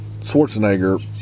Schwarzenegger